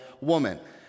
woman